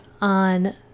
on